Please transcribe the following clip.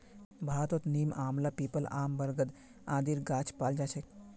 भारतत नीम, आंवला, पीपल, आम, बरगद आदिर गाछ पाल जा छेक